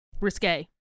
risque